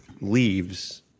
leaves